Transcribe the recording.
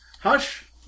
Hush